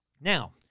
Now